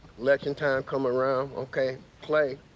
like and time come ah round. okay. clay.